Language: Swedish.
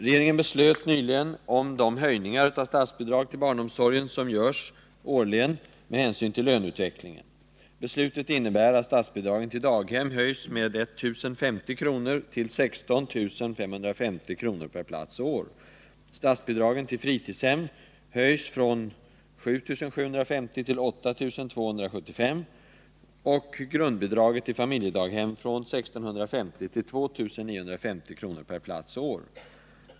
Regeringen beslöt nyligen om de höjningar av statsbidrag till barnomsorgen som görs årligen med hänsyn till löneutvecklingen. Beslutet innebär aatt statsbidragen till daghem höjs med 1 050 kr. till 16 550 kr. per plats och år. Statsbidragen till fritidshem höjs från 7750 kr. till 8 275 kr. och grundbidraget till familjedaghem från 1 650 kr. till 2 950 kr. per plats och år.